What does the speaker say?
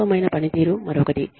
పేలవమైన పనితీరు మరొకటి